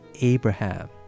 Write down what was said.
Abraham